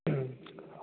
ꯎꯝ